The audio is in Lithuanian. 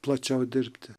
plačiau dirbti